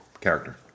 Character